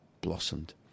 blossomed